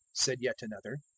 said yet another,